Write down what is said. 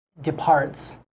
departs